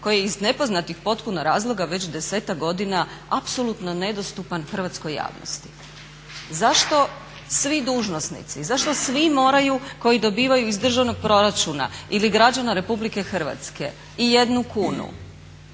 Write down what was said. koji je iz nepoznatih potpuno razloga već 10-ak godina apsolutno nedostupan hrvatskoj javnosti. Zašto svi dužnosnici, zašto svi moraju koji dobivaju iz državnog proračuna ili građana Republike Hrvatske i 1 kunu